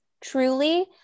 truly